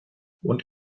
und